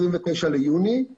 29 ביוני 2020